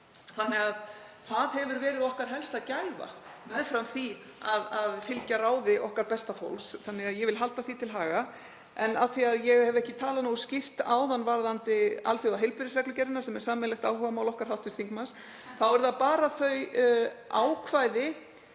fólks. Það hefur verið okkar helsta gæfa meðfram því að fylgja ráði okkar besta fólks og ég vil halda því til haga. En af því að ég hef ekki talað nógu skýrt áðan varðandi alþjóðaheilbrigðisreglugerðina, sem er sameiginlegt áhugamál okkar hv. þingmanns, þá eru það bara þau ákvæði